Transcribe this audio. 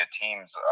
team's